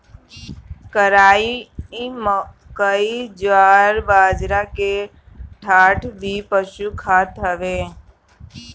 कराई, मकई, जवार, बजरा के डांठ भी पशु खात हवे